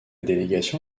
délégation